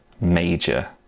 major